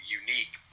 unique